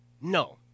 No